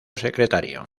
secretario